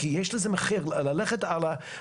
כי יש לזה מחיר ללכת הלאה.